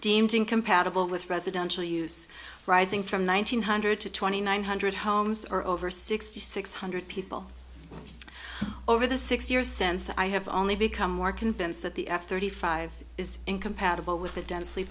deemed incompatible with residential use rising from one thousand eight hundred to twenty nine hundred homes are over sixty six hundred people over the six years since i have only become more convinced that the f thirty five is incompatible with a densely